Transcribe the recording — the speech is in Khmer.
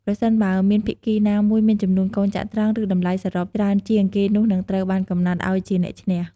ប្រសិនបើមានភាគីណាមួយមានចំនួនកូនចត្រង្គ ឬតម្លៃសរុបច្រើនជាង គេនោះនឹងត្រូវបានកំណត់ឲ្យជា អ្នកឈ្នះ។